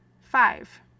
Five